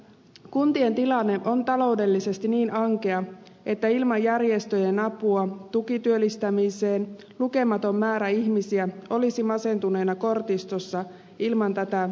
kuntien tilanne on taloudellisesti niin ankea että ilman järjestöjen apua tukityöllistämiseen lukematon määrä ihmisiä olisi masentuneina kortistossa ilman tätä työllistämismahdollisuutta